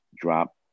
drop